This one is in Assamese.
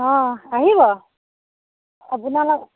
অঁ আহিব আপোনালোক